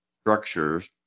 structures